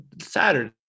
Saturday